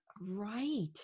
Right